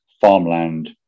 farmland